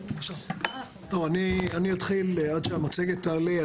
טוב, אני אתחיל עד שהמצגת תעלה.